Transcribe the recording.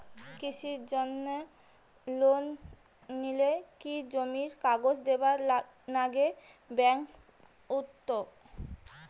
কৃষির জন্যে লোন নিলে কি জমির কাগজ দিবার নাগে ব্যাংক ওত?